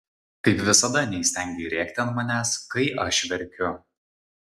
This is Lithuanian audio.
kaip visada neįstengei rėkti ant manęs kai aš verkiu